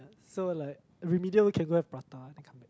so like remedial can go there Prata that kind of